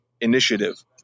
Initiative